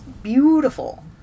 beautiful